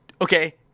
Okay